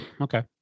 Okay